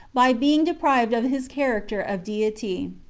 by being deprived of his character of deity.